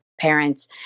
parents